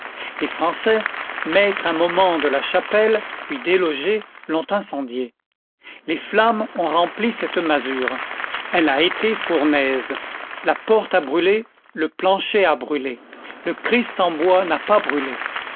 les français maîtres un moment de la chapelle puis délogés l'ont incendiée les flammes ont rempli cette masure elle a été fournaise la porte a brûlé le plancher a brûlé le christ en bois n'a pas brûlé